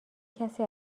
کسی